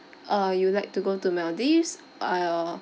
uh you would like to go to maldives or